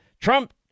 Trump